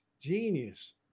genius